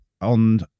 on